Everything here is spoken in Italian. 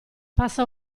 passa